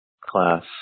class